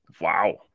Wow